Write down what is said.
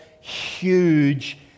huge